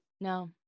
No